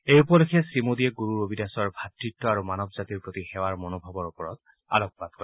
এই উপলক্ষে শ্ৰীমোদীয়ে গুৰু ৰবিদাসৰ ভ্ৰাতৃত্ব আৰু মানৱ জাতিৰ প্ৰতি সেৱাৰ মনোভাৱৰ ওপৰত আলোকপাত কৰে